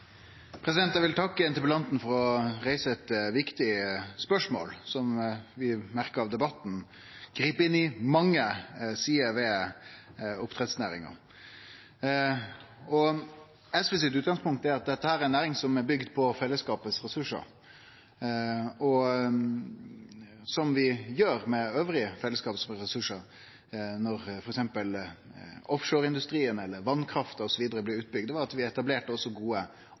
Eg vil takke interpellanten for å reise eit viktig spørsmål, som – slik vi merkar av debatten – grip inn i mange sider ved oppdrettsnæringa. Utgangspunktet for SV er at dette er ei næring som er bygd på fellesskapet sine ressursar. Det vi gjorde med andre fellesskapsressursar, f.eks. da offshoreindustrien eller vasskrafta blei bygd ut, var at vi også etablerte gode